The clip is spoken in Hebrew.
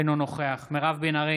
אינו נוכח מירב בן ארי,